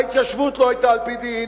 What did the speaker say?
ההתיישבות לא היתה על-פי דין,